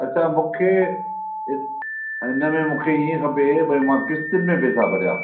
अच्छा मूंखे हिते हिनमें मूंखे ईअं खपे भई मां किश्तिन में पैसा भरियां